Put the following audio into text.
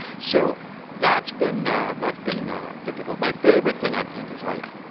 so that's been ah that's been difficult. my favorite thing, i think, is, like,